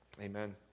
Amen